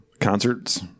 concerts